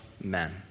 men